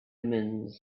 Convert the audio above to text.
omens